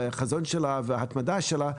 החזון שלה וההתמדה שלה,